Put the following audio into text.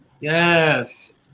yes